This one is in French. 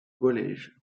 collège